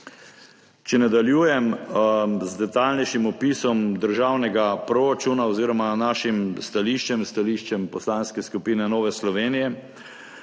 Če nadaljujem z detajlnejšim opisom državnega proračuna oziroma našim stališčem, stališčem Poslanske skupine Nova Slovenija,